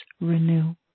renew